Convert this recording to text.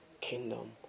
kingdom